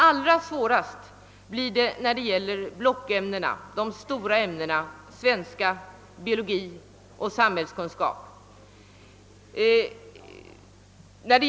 Helt otillräckligt blir det i blockämnena, alltså i de stora ämnena svenska, biologi och samhällskunskap.